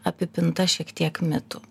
apipinta šiek tiek mitų